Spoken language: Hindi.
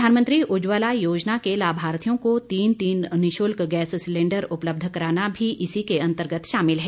प्रधानमंत्री उज्जवला योजना के लाभार्थियों को तीन तीन निशुल्क गैस सिलेंडर उपलब्ध कराना भी इसी के अंतर्गत शामिल है